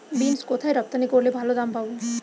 Beans কোথায় রপ্তানি করলে ভালো দাম পাব?